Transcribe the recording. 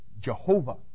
Jehovah